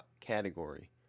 category